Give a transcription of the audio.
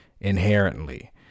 inherently